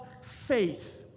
faith